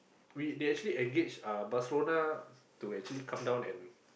we they actually engage uh Barcelona to actually come down and